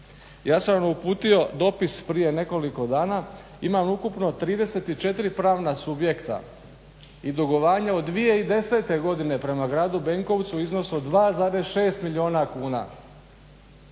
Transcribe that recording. Ja sam uputio dopis prije nekoliko dana. Imam ukupno 34 pravna subjekta i dugovanja od 2010. godine prema gradu Benkovcu u iznosu od 2,6 milijuna kuna.